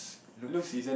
looks